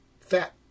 Fat